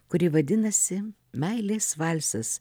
kuri vadinasi meilės valsas